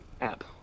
app